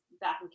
back